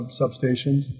substations